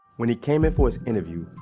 when he came in for his interview,